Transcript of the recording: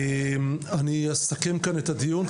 אני אסכם כאן את הדיון.